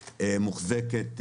מוחזקת,